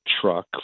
truck